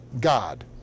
God